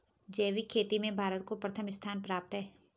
जैविक खेती में भारत को प्रथम स्थान प्राप्त है